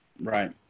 Right